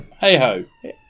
hey-ho